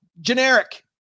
generic